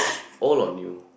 old or new